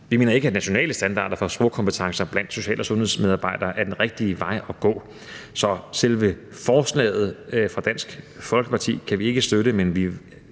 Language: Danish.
Vi mener ikke, at nationale standarder for sprogkompetencer blandt social- og sundhedsmedarbejdere er den rigtige vej at gå, så selve forslaget fra Dansk Folkeparti kan vi ikke støtte; men vi